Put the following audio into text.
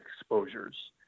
exposures